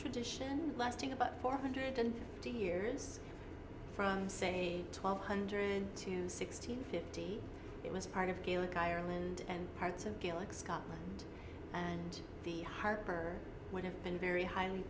tradition lasting about four hundred and fifty years from say twelve hundred to sixteen fifty it was part of gaelic ireland and parts of gaelic scotland and the harper would have been very highly